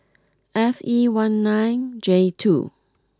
F E one nine J two